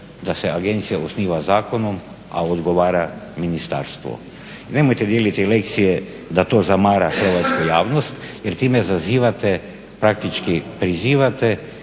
da se agencija osniva zakonom, a odgovara ministarstvu. Nemojte dijeliti lekcije da to zamara hrvatsku javnost jer time zazivate praktički prizivate